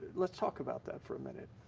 let's talk about that for a minute.